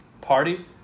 Party